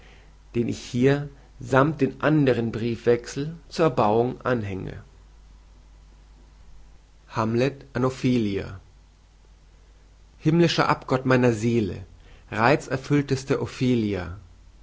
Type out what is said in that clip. den ich hier sammt dem andern briefwechsel zur erbauung anhänge hamlet an ophelia himmlischer abgott meiner seele reizerfüllteste ophelia